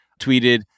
tweeted